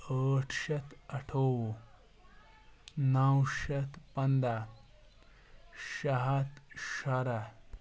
ٲٹھ شیٚتھ اَٹھووُہ نَو شیٚتھ پنٛداہ شیٚے ہَتھ شُراہ